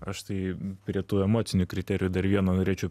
aš tai prie tų emocinių kriterijų dar vieno norėčiau